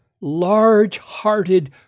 large-hearted